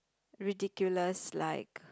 ridiculous like